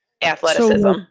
athleticism